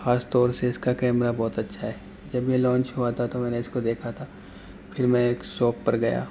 خاص طور سے اس کا کیمرہ بہت اچھا ہے جب یہ لانچ ہوا تھا تو میں نے اس کو دیکھا تھا پھر میں ایک شاپ پر گیا